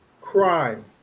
crime